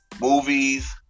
movies